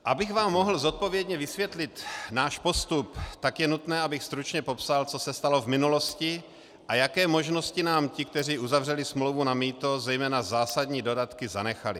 Abych vám mohl zodpovědně vysvětlit náš postup, tak je nutné, abych stručně popsal, co se stalo v minulosti a jaké možnosti nám ti, kteří uzavřeli smlouvu na mýto, zejména zásadní dodatky, zanechali.